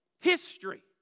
history